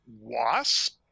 wasp